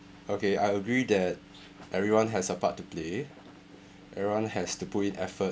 okay I agree that everyone has a part to play everyone has to put in effort